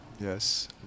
yes